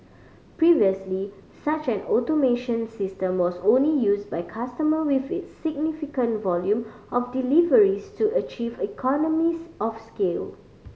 previously such an automation system was only used by customer with significant volume of deliveries to achieve economies of scale